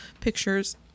pictures